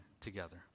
together